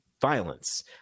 violence